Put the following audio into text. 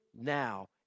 now